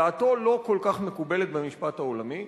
דעתו לא כל כך מקובלת במשפט העולמי,